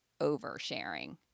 oversharing